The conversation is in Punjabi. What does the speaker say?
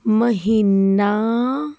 ਮਹੀਨਾ